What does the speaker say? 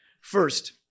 First